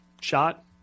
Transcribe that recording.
shot